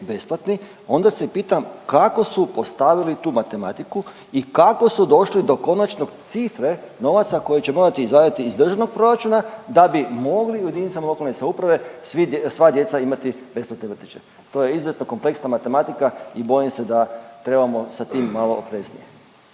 besplatni, onda se pitam kako su postavili tu matematiku i kako su došli do konačnog cifre novaca koji će morati izvaditi iz državnog proračuna, da bi mogli jedinicama lokalne samouprave svi, sva djeca imati besplatne vrtiće. To je izuzetno kompleksna matematika i bojim se da trebamo sa tim malo opreznije.